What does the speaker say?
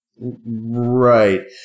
Right